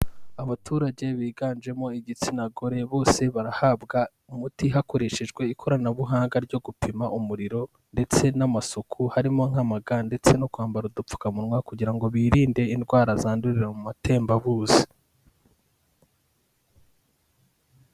Abaturage biganjemo igitsina gore bose barahabwa umuti hakoreshejwe ikoranabuhanga ryo gupima umuriro ndetse n'amasuku, harimo nk'amaga ndetse no kwambara udupfukamunwa kugira ngo birinde indwara zandurira mu matembabuzi.